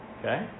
Okay